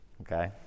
okay